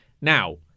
Now